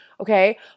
okay